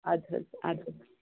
اَدٕ حظ اَدٕ حظ